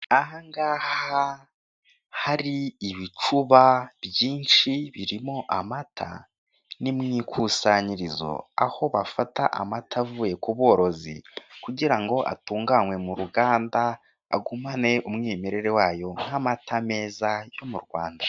Ahangaha hari ibicuba byinshi birimo amata, ni mu ikusanyirizo aho bafata amata avuye kuborozo kugirango atunganirizwe muruganda agumane umwimerere wayo nkamata meza